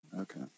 Okay